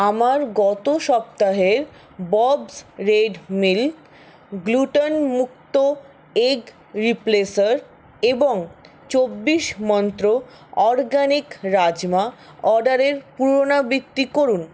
আমার গত সপ্তাহের ববস্ রেড মিল গ্লুটেনমুক্ত এগ রিপ্লেসার এবং চব্বিশ মন্ত্র অরগানিক রাজমা অর্ডারের পুনরাবৃত্তি করুন